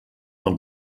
del